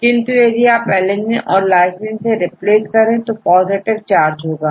किंतु यदि आप alanine कोlysine से रिप्लेस करें तो पॉजिटिव चार्ज होगा